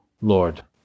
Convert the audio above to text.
Lord